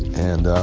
and